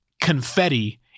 confetti